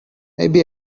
maybe